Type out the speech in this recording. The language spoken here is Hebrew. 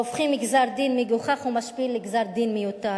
הופכת גזר-דין מגוחך ומשפיל לגזר-דין מיותר,